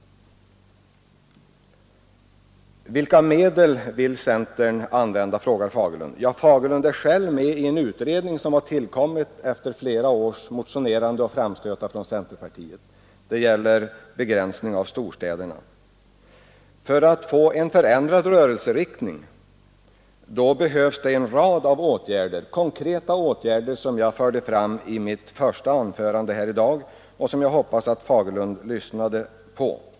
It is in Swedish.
Vilka medel vill centern använda, herr Fagerlund? Ja, herr Fagerlund är själv med i en utredning som har tillkommit efter flera års framstötar och motionerande från centerpartiet. Den gäller begränsning av storstäderna. För att få en förändrad rörelseriktning krävs det en rad konkreta åtgärder som jag förde fram i mitt första anförande i dag — jag hoppas att herr Fagerlund lyssnade på det.